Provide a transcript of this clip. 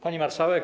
Pani Marszałek!